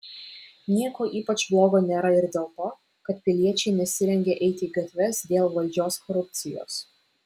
nieko ypač blogo nėra ir dėl to kad piliečiai nesirengia eiti į gatves dėl valdžios korupcijos